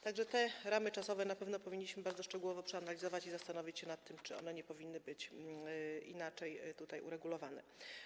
Tak że te ramy czasowe na pewno powinniśmy bardzo szczegółowo przeanalizować i zastanowić się nad tym, czy one nie powinny być tutaj inaczej uregulowane.